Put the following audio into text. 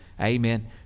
Amen